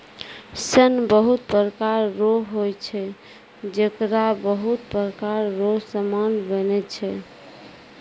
सन बहुत प्रकार रो होय छै जेकरा बहुत प्रकार रो समान बनै छै